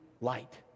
light